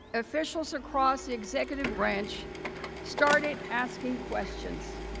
officials across the executive branch started asking questions.